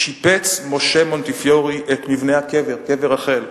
שיפץ משה מונטיפיורי את מבנה הקבר, קבר רחל.